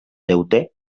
deute